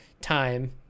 time